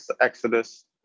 Exodus